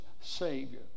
Savior